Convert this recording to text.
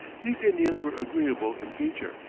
these indians were agreeable in feature,